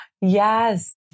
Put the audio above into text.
Yes